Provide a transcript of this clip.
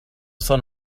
sun